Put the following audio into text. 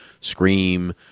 Scream